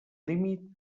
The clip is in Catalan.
límit